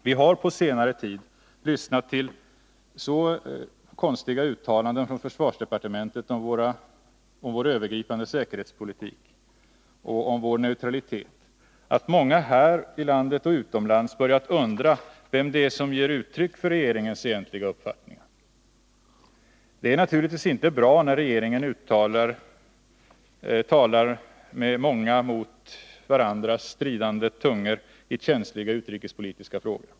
Vi har på senare tid lyssnat till så konstiga uttalanden från försvarsdepartementet om vår övergripande säkerhetspolitik och om vår neutralitet att många här i landet och även utomlands har börjat undra vem det är som ger uttryck för regeringens egentliga uppfattningar. Det är naturligtvis inte bra när regeringen talar med många mot varandra stridande tungor i känsliga utrikespolitiska frågor.